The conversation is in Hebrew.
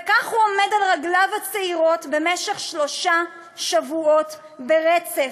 וכך הוא עומד על רגליו הצעירות במשך שלושה שבועות ברצף,